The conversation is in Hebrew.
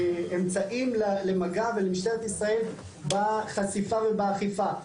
באמצעים למג"ב ומשטרת ישראל בחשיפה ובאכיפה.